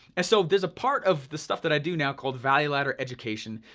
and so, there's a part of the stuff that i do now called value ladder education.